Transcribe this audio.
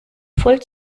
voll